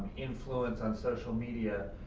influence on social media.